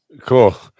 Cool